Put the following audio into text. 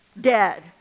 dead